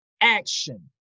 action